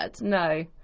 no